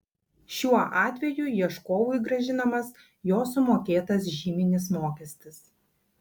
šiuo atveju ieškovui grąžinamas jo sumokėtas žyminis mokestis